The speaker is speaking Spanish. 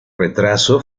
retraso